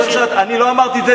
אני לא אמרתי את זה,